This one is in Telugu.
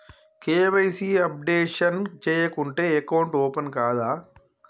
కే.వై.సీ అప్డేషన్ చేయకుంటే అకౌంట్ ఓపెన్ కాదా?